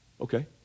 Okay